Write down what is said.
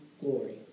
glory